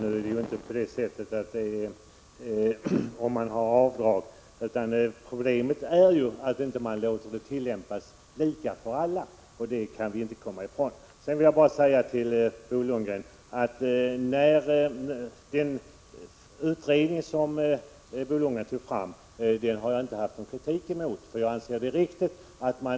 Herr talman! Problemet ligger ju inte i om man har avdrag eller inte, utan i att bestämmelserna inte kan tillämpas lika för alla. Det kan vi inte komma ifrån. Till Bo Lundgren vill jag säga att jag inte har någon kritik emot den utredning Bo Lundgren talade om.